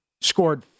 scored